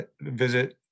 visit